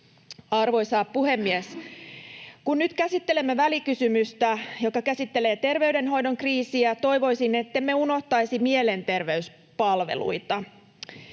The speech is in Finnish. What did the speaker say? Arvoisa puhemies! Kun nyt käsittelemme välikysymystä, joka käsittelee terveydenhoidon kriisiä, toivoisin, ettemme unohtaisi mielenterveyspalveluita.